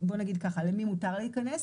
בוא נגיד ככה, למי מותר להיכנס?